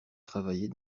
travailler